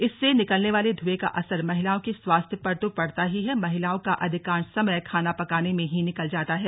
इससे निकलने वाले ध्यूएं का असर महिलाओं के स्वास्थ्य पर तो पड़ता ही है महिलाओं का अधिकांश समय खाना पकाने में ही निकल जाता है